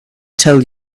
tell